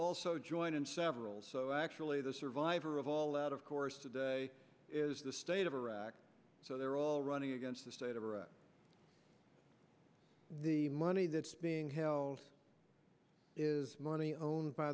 also joined in several so actually the survivor of all that of course today is the state of iraq so they're all running against the state of the money that's being held is money owned by